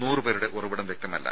നൂറു പേരുടെ ഉറവിടം വ്യക്തമല്ല